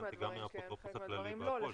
חלק מהדברים כן וחלק מהדברים לא.